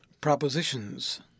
Propositions